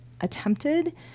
attempted